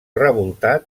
revoltat